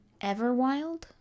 Everwild